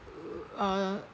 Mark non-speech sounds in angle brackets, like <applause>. <noise> uh